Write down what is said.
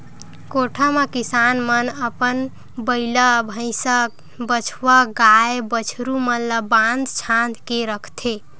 कोठा म किसान मन अपन बइला, भइसा, बछवा, गाय, बछरू मन ल बांध छांद के रखथे